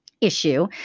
issue